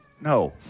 No